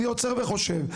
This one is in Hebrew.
אני עוצר וחושב.